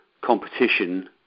competition